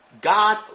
God